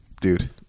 dude